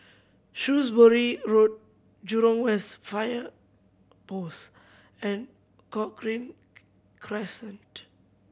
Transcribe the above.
Shrewsbury Road Jurong West Fire Post and Cochrane Crescent